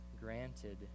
granted